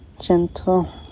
gentle